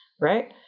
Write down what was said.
right